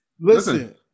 Listen